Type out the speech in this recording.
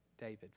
David